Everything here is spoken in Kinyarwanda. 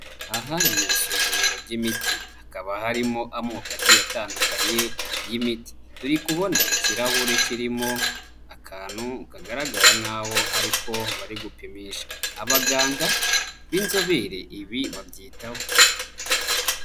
Aha ni mu isuzumiro ry'imiti, hakaba harimo amoko agiye atandukanye, turi kubona ikirahure kirimo akantu kagaragara nk'aho ariko bari gupimisha, abaganga b'inzobere ibi babyitaho.